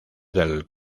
del